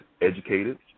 educated